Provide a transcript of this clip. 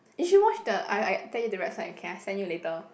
you should watch the I I tag you the website okay I send you later